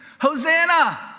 Hosanna